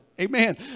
Amen